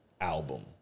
album